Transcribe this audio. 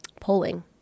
polling